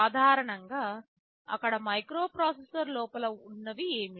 సాధారణంగా అక్కడ మైక్రోప్రాసెసర్ లోపల ఉన్నవి ఏమిటి